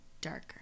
darker